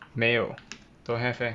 没有 don't have eh